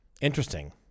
Interesting